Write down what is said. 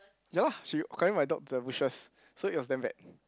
ya lah she carrying my dog to the bushes so it was damn bad